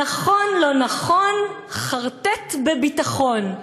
"נכון, לא נכון, חרטט בביטחון".